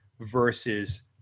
versus